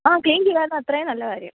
ആ ക്ലീൻ ചെയ്താൽ അത് അത്രയും നല്ല കാര്യം